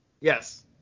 Yes